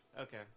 Okay